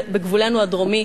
שבגבולנו הדרומי,